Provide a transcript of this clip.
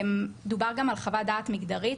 דובר גם על חוות דעת מגדרית.